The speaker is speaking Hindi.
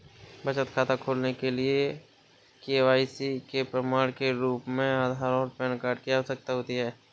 बचत खाता खोलने के लिए के.वाई.सी के प्रमाण के रूप में आधार और पैन कार्ड की आवश्यकता होती है